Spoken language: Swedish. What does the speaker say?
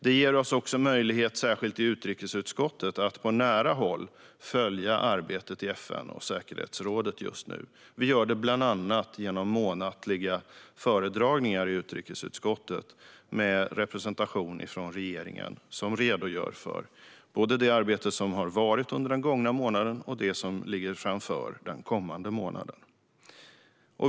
Detta ger oss också möjlighet att särskilt i utrikesutskottet på nära håll följa arbetet i FN och säkerhetsrådet just nu. Vi gör det bland annat genom månatliga föredragningar i utrikesutskottet med representation från regeringen, som redogör för både det arbete som har skett under den gångna månaden och det som ligger framför säkerhetsrådet den kommande månaden.